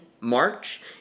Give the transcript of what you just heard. March